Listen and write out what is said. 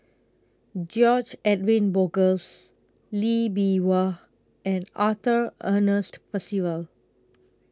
George Edwin Bogaars Lee Bee Wah and Arthur Ernest Percival